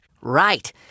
Right